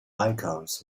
icons